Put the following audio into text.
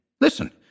Listen